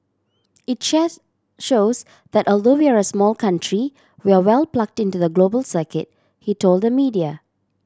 it just shows that although we're a small country we're well plugged into the global circuit he told the media